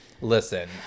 Listen